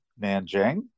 Nanjing